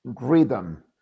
rhythm